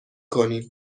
کنیم